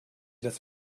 das